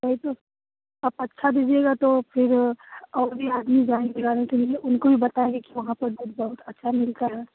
वही तो आप अच्छा भेजिएगा तो फिर और भी आदमी जायेंगे और उनको बताएँगे कि वहाँ पर दूध बहुत अच्छा मिलता है